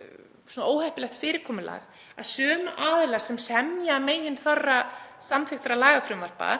teljast óheppilegt fyrirkomulag að sömu aðilar sem semja meginþorra samþykktra lagafrumvarpa